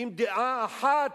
עם דעה אחת.